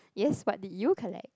ya but did you collect